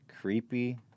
creepy